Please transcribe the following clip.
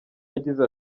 yagize